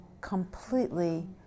completely